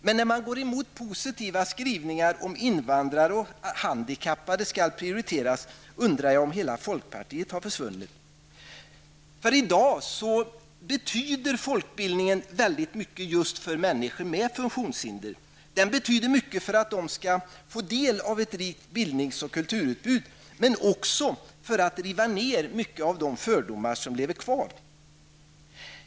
Men när man går emot positiva skrivningar om att invandrare och handikappade skall prioriteras undrar jag om hela folkpartiet har försvunnit. I dag betyder folkbildningen väldigt mycket just för människor med funktionshinder. Den betyder mycket för att de skall få del av ett rikt bildningsoch kulturutbud men också för att riva ner mycket av de fördomar som lever kvar.